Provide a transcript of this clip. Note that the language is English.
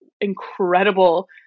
incredible